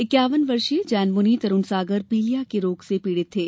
इक्यावन वर्षीय जैन मुनि तरुण सागर पीलिया के रोग से पीड़ित थे